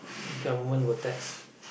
government will tax